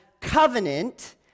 covenant